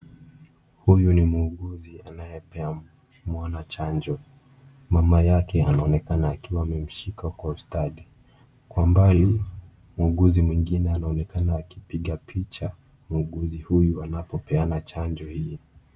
Huyu ni muuguzi anayepea mwana chanjo. Mama yake anaonekana akiwa amemshika kwa ustadi. Kwa mbali, muuguzi mwingine anaonekana akipiga picha muuguzi huyu anapopeana chanjo hii.